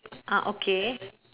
ah okay